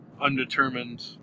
undetermined